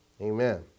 Amen